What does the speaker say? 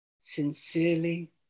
sincerely